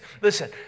Listen